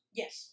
yes